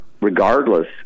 regardless